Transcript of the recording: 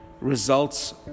results